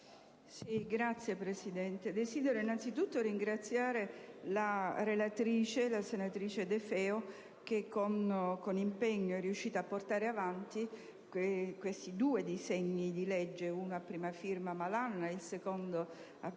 Signor Presidente, desidero innanzitutto ringraziare la relatrice, senatrice De Feo, che con impegno è riuscita a portare avanti questi due disegni di legge, uno a prima firma del senatore